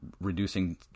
reducing